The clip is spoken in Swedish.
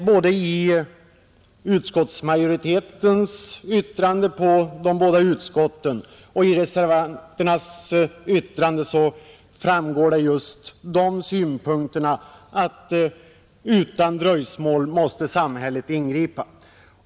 Både av utskottsmajoritetens skrivning i de båda betänkan dena och av reservanternas yttranden framgår just den synpunkten — att samhället utan dröjsmål måste ingripa.